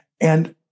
And-